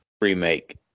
remake